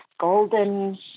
golden